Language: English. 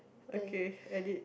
okay edit